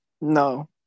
No